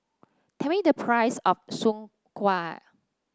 tell me the price of Soon Kway